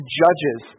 judges